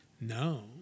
no